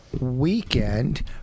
weekend